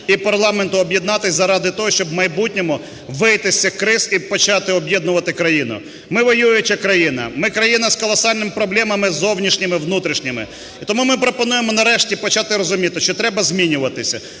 і парламенту об'єднатись заради того, щоб в майбутньому вийти з цих криз і почати об'єднувати країну. Ми – воююча країна, ми – країна з колосальними проблемами зовнішніми і внутрішніми. І тому ми пропонуємо нарешті почати розуміти, що треба змінюватися,